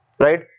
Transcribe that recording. Right